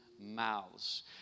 mouths